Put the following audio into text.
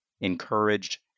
encouraged